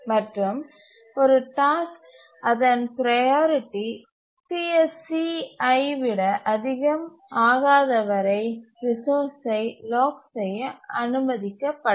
மற்றும் ஒரு டாஸ்க் அதன் ப்ரையாரிட்டி CSC ஐ விட அதிகம் ஆகாதவரை ரிசோர்ஸ்சை லாக் செய்ய அனுமதிக்கப்படாது